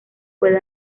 puede